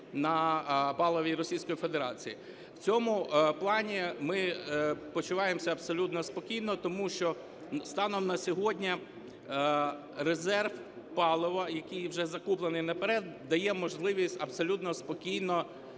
на паливі Російської Федерації. В цьому плані ми почуваємося абсолютно спокійно, тому що станом на сьогодні резерв палива, який вже закуплений наперед, дає можливість абсолютно спокійно